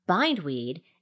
bindweed